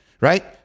right